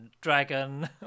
Dragon